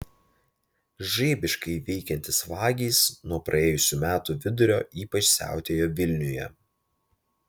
žaibiškai veikiantys vagys nuo praėjusių metų vidurio ypač siautėjo vilniuje